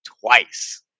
Twice